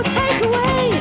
takeaway